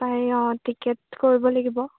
পাৰি অঁ টিকেট কৰিব লাগিব